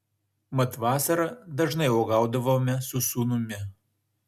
mat vasarą dažnai uogaudavome su sūnumi